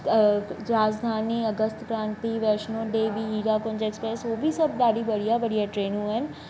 राजधानी August Kranti Vaishno Devi Hirakunj express हूअ बि सभु ॾाढी बढ़िया बढ़िया ट्रेनूं आहिनि